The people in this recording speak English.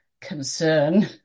concern